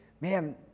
man